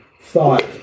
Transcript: thought